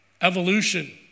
evolution